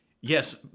yes